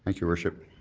like your worship.